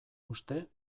uste